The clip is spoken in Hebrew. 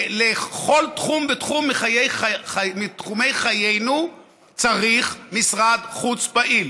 לכל תחום ותחום מתחום חיינו צריך משרד חוץ פעיל.